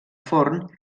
forn